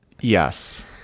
Yes